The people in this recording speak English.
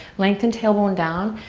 length and tailbone down.